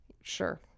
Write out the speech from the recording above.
Sure